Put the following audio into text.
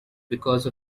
because